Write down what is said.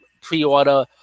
pre-order